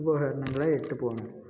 உபகரணங்களை எடுத்துகிட்டு போகணும்